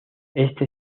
este